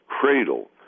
cradle